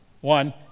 one